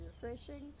refreshing